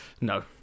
No